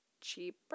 cheaper